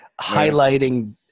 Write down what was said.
highlighting